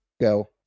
Go